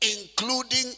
Including